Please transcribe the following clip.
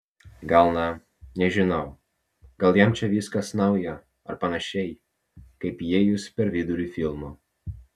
gal na nežinau gal jam čia viskas nauja ar panašiai kaip įėjus per vidurį filmo